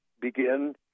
begin